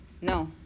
No